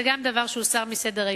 גם זה דבר שהוסר מסדר-היום.